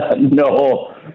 No